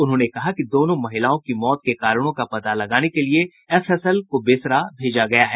उन्होंने कहा कि दोनों महिलाओं की मौत के कारणों का पता लगाने के लिए एफएसएल को बेसरा भेजा गया है